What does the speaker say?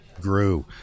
grew